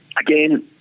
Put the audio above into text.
again